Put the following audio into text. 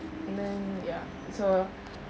then ya so